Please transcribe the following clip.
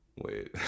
Wait